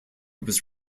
was